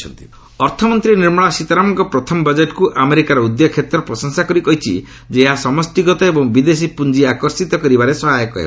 budget relax US ଅର୍ଥମନ୍ତ୍ରୀ ନିମଳା ସୀତାରମଣଙ୍କ ପ୍ରଥମ ବଜେଟ୍କୁ ଆମେରିକାର ଉଦ୍ୟୋଗ କ୍ଷେତ୍ର ପ୍ରଶଂସା କରି କହିଛି ଯେ ଏହା ସମଷ୍ଟିଗତ ଏବଂ ବିଦେଶୀ ପୁଞ୍ଜି ଆକର୍ଷିତ କରିବାରେ ସହାୟକ ହେବ